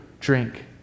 drink